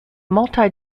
multi